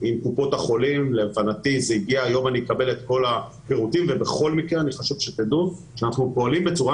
זה יחייב אתכם לוודא שביום שלישי